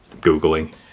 Googling